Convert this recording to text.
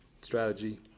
strategy